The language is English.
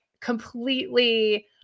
completely